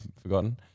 forgotten